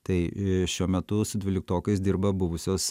tai šiuo metu su dvyliktokais dirba buvusios